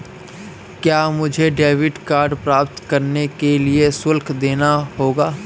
क्या मुझे debit card प्राप्त करने के लिए शुल्क देना होगा?